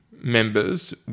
members